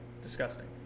Disgusting